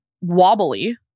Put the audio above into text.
wobbly